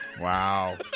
wow